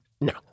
No